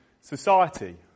society